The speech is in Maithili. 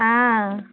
हँ